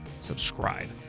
subscribe